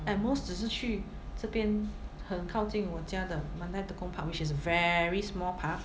at most 只是去这边很靠近我家的 mandai tekong park which is a very small path